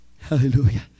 hallelujah